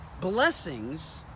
Blessings